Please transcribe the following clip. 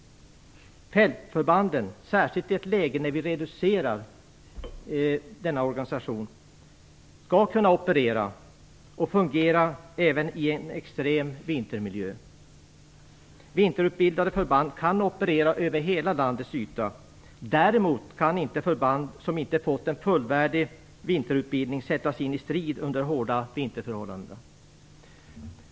Fältförbanden skall kunna operera och fungera även i en extrem vintermiljö. Detta gäller särskilt i ett läge när denna organisation reduceras. Vinterutbildade förband kan operera över hela landets yta. Däremot kan förband som inte har fått en fullvärdig vinterutbildning inte sättas in i strid under hårda vinterförhållanden.